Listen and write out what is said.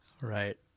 right